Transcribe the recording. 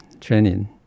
training